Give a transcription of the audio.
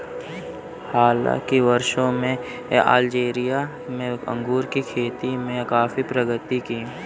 हाल के वर्षों में अल्जीरिया में अंगूर की खेती ने काफी प्रगति की है